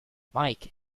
mike